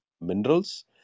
minerals